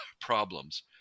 problems